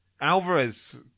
Alvarez